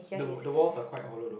the wa~ the walls are quite hollow though